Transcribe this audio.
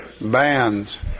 bands